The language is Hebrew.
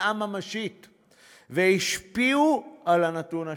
פגיעה ממשית והשפיעו על הנתון השלילי.